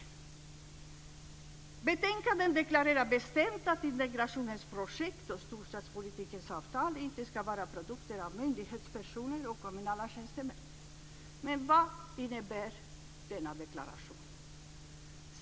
I betänkandet deklareras bestämt att integrationens projekt och storstadspolitikens avtal inte ska vara produkter av myndighetspersoner och kommunala tjänstemän. Men vad innebär denna deklaration?